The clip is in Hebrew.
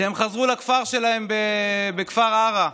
כשהם חזרו לכפר שלהם, כפר עארה,